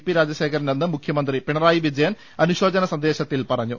P രാജശേഖരനെന്ന് മുഖ്യമന്ത്രി പിണറായി വിജയൻ അനു ശോചന സന്ദേശത്തിൽ പറഞ്ഞു